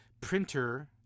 printer